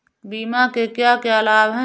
बीमा के क्या क्या लाभ हैं?